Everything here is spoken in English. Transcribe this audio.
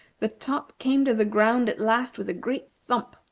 the top came to the ground at last with a great thump.